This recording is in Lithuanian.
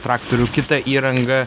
traktorių kita įranga